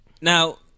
Now